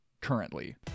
currently